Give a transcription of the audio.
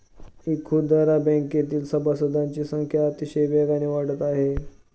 इखुदरा बँकेतील सभासदांची संख्या अतिशय वेगाने वाढत आहे